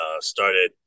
started